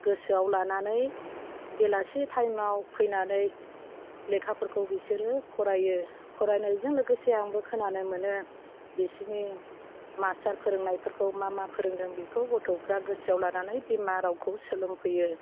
गोसोआव लानानै बेलासे टाइमाव फैनानै लेखाफोरखौ बिसोरो फरायो फरायनायजों लोगोसे आंबो खोनानो मोनो बिसिनि मास्टार फोरोंनायफोरखौ मा मा फोरोंदों बेखौ गथ'फ्रा गोसोआव लानानै बिमा रावखौ सोलोंफैयो